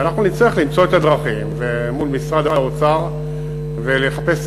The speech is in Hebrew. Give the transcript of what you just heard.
ואנחנו נצטרך למצוא את הדרכים מול משרד האוצר ולחפש את